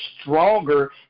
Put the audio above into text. stronger